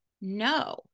no